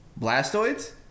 Blastoids